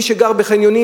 מי שגר בחניונים,